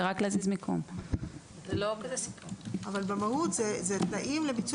זה לא כזה סיפור, זה רק להזיז מיקום.